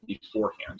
beforehand